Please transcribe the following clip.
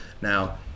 Now